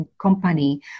company